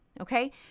Okay